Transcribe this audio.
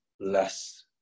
less